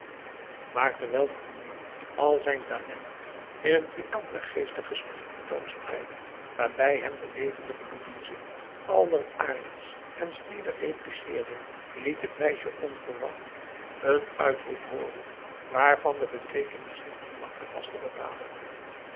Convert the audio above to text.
maar terwijl fournier al zijn talent in een pikant en geestig gesprek ten toon spreidde waarbij hem de levendige louise alleraardigst en snedig repliceerde liet t meisje onverwacht een uitroep hooren waarvan de beteekenis niet gemakkelijk was te bepalen